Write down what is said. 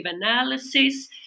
analysis